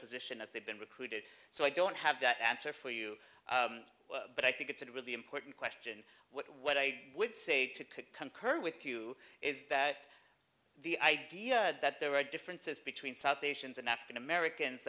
position as they've been recruited so i don't have that answer for you but i think it's a really important question what i would say to could concur with you is that the idea that there are differences between south asians and african americans